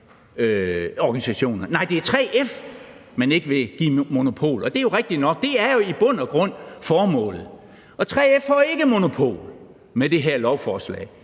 organisationer. Nej, det er 3F, man ikke vil give monopol, og det er rigtigt, at det i bund og grund er formålet. 3F får ikke monopol med det her lovforslag,